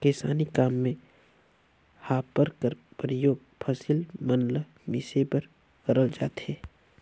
किसानी काम मे हापर कर परियोग फसिल मन ल मिसे बर करल जाथे